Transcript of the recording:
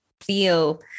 feel